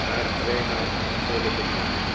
nfaar tweemaal antwoordde de knap